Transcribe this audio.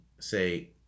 say